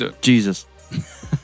Jesus